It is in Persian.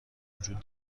وجود